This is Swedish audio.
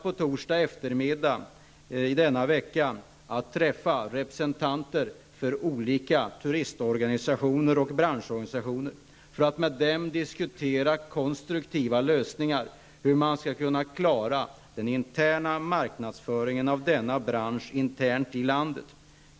På torsdageftermiddag i denna vecka träffar jag representerar för olika turistorganisationer och branschorganisationer för att med dem diskutera konstruktiva lösningar, hur man skall kunna klara den interna marknadsföringen av denna bransch internt i landet.